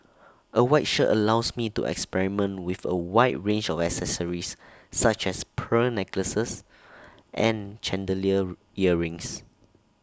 A white shirt allows me to experiment with A wide range of accessories such as pearl necklaces and chandelier earrings